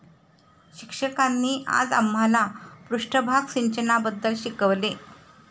शिक्षकांनी आज आम्हाला पृष्ठभाग सिंचनाबद्दल शिकवले